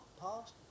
past